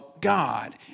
God